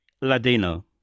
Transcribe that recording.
Ladino